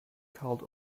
called